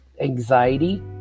anxiety